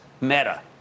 meta